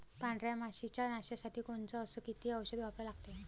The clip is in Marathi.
पांढऱ्या माशी च्या नाशा साठी कोनचं अस किती औषध वापरा लागते?